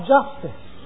Justice